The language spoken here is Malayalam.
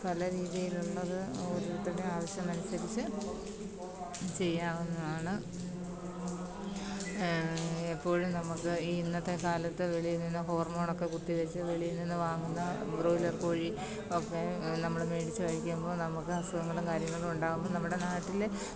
പല രീതീലുള്ളത് ഒരോരുത്തരുടെയും ആവശ്യമനുസരിച്ച് ചെയ്യാവുന്നതാണ് എപ്പോഴും നമുക്ക് ഈ ഇന്നത്തെക്കാലത്ത് വെളിൽ നിന്ന് ഹോര്മോണെക്കെ കുത്തിവെച്ച് വെളീല് നിന്ന് വാങ്ങുന്ന ബ്രോയിലര് കോഴി ഒക്കെ നമ്മൾ മേടിച്ച് കഴിക്കുമ്പോൾ നമുക്ക് അസുഖങ്ങളും കാര്യങ്ങളും ഉണ്ടാവുമ്പോൾ നമ്മുടെ നാട്ടിൽ